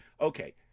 Okay